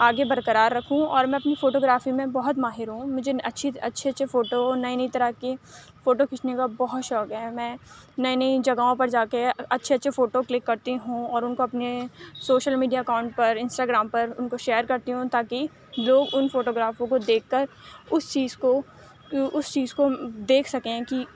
آگے برقرار رکھوں اور میں اپنی فوٹو گرافی میں بہت ماہر ہوں مجھے اچھے اچھے فوٹو نئے نئے طرح کی فوٹو کھینچنے کا بہت شوق ہے میں نئی نئی جگہوں پر جا کے اچھے اچھے فوٹو کلک کرتی ہوں اور اُن کو اپنے سوشل میڈیا اکاؤنٹ پر انسٹاگرام پر اُن کو شیر کرتی ہوں تاکہ لوگ اُن فوٹو گرافوں کو دیکھ کر اُس چیز کو اُس چیز کو دیکھ سکیں کہ